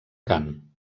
cant